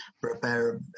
prepare